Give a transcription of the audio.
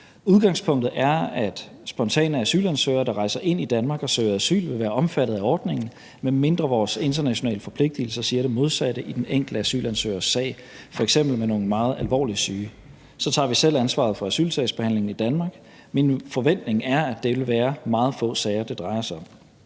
Udgangspunktet er, at spontane asylansøgere, der rejser ind i Danmark og søger asyl, vil være omfattet af ordningen, medmindre vores internationale forpligtelser siger det modsatte i den enkelte asylansøgers sag, f.eks. når det handler om meget alvorligt syge mennesker. Så tager vi selv ansvaret for asylsagsbehandlingen i Danmark. Min forventning er, at det vil være meget få sager, det drejer sig om.